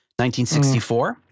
1964